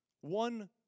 One